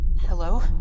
Hello